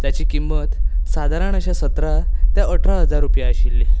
ताची किंमत सादारण अशें सतरा ते अठरा हजार रुपयां आशिल्ली